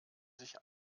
sich